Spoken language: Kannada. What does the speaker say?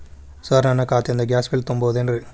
ಸರ್ ನನ್ನ ಖಾತೆಯಿಂದ ಗ್ಯಾಸ್ ಬಿಲ್ ತುಂಬಹುದೇನ್ರಿ?